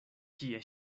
kie